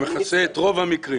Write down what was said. וזה מכסה את רוב המקרים.